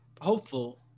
hopeful